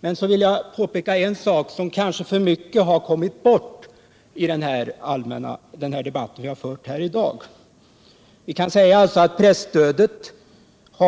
Jag vill påpeka en sak som kanske alltför mycket har kommit bort i den debatt vi fört här i dag. Vi kan visserligen konstatera att presstödet